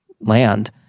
land